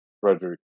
Frederick